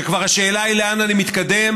כשכבר השאלה היא לאן אני מתקדם,